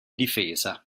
difesa